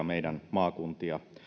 meidän maakuntiamme